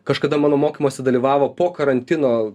kažkada mano mokymosi dalyvavo po karantino